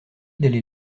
d’aller